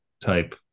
type